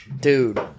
Dude